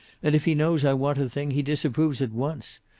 and if he knows i want a thing, he disapproves at once.